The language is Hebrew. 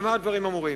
במה הדברים אמורים?